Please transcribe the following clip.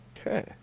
Okay